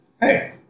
hey